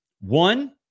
One